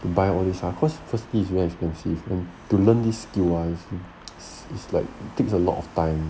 to buy all this ah cause firstly it is very expensive and to learn this skill ah it's like it takes a lot of time